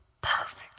perfect